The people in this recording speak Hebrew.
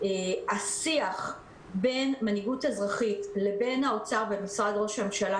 השיח בין מנהיגות אזרחית לבין משרד האוצר ומשרד ראש הממשלה,